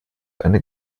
eine